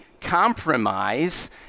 compromise